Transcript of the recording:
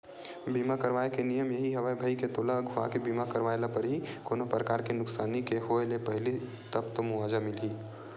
बीमा करवाय के नियम यही हवय भई के तोला अघुवाके बीमा करवाय ल परही कोनो परकार के नुकसानी के होय ले पहिली तब तो मुवाजा मिलही